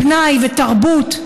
פנאי ותרבות,